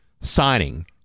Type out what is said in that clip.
signing